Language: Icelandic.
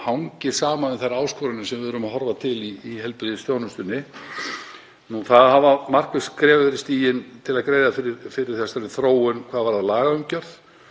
sem hangir saman við þær áskoranir sem við þurfum að horfa til í heilbrigðisþjónustunni. Það hafa markviss skref verið stigin til að greiða fyrir þessari þróun hvað varðar lagaumgjörð